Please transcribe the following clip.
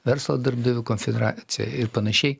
verslo darbdavių konfederacija ir panašiai